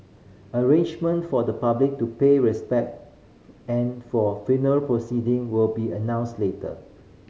arrangement for the public to pay respect and for funeral proceeding will be announced later